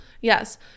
Yes